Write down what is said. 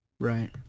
Right